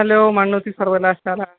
hello Mannuthy സർവകലാശാല